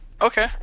okay